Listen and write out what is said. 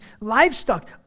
livestock